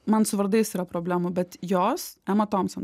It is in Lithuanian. man su vardais yra problemų bet jos ema thomson